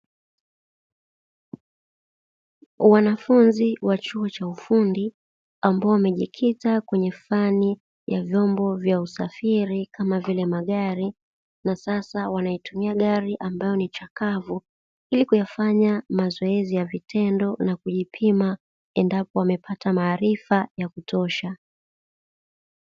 Wanafunzi wa chuo cha ufundi ambao wamejikita kwenye fani ya vyombo vya usafiri kama vile magari, na sasa wanaitumia gari ambayo ni chakavu ili kuyafanya mazoezi ya vitendo, na kujipima endapo wamepata maarifa ya kutosha.